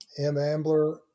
mAmbler